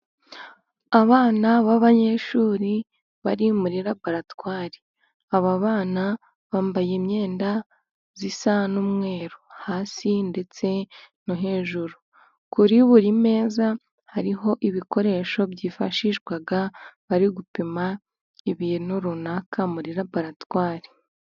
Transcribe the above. Abana b'abanyeshuri bari muri laboratwari ,aba bana bambaye imyenda isa n'umweru hasi ndetse no hejuru. Kuri buri meza hariho ibikoresho byifashishwa bari gupima ibintu runaka muri laboratwari.